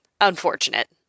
unfortunate